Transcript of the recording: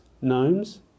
gnomes